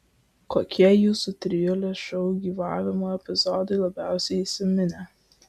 kokie jūsų trijulės šou gyvavimo epizodai labiausiai įsiminė